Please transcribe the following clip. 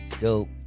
dope